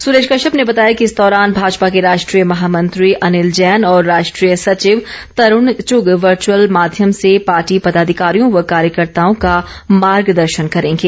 सुरेश कश्यप ने बताया कि इस दौरान भाजपा के राष्ट्रीय महामंत्री अनिल जैन और राष्ट्रीय सचिव तरूण चुग वर्चअल माध्यम से पार्टी पदाधिकारियों व कार्यकर्ताओं का मार्गदर्शन करेंगे